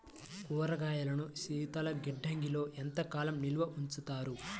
కూరగాయలను శీతలగిడ్డంగిలో ఎంత కాలం నిల్వ ఉంచుతారు?